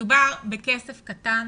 מדובר בכסף קטן